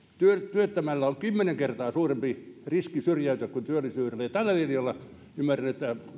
työttömällä on kymmenen kertaa suurempi riski syrjäytyä kuin työllisellä tällä linjalla ymmärrän